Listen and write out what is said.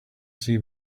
see